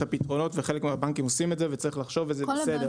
הפתרונות וחלק מהבנקים עושים את זה וצריך לחשוב וזה בסדר.